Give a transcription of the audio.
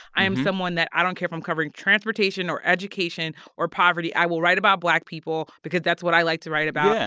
i am someone that i don't care if i'm covering transportation or education or poverty, i will write about black people because that's what i like to write about.